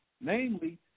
namely